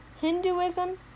Hinduism